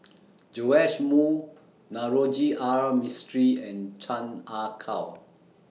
Joash Moo Navroji R Mistri and Chan Ah Kow